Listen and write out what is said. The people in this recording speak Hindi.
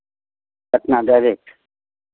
पटना डायरेक्ट